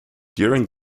during